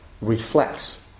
reflects